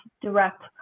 direct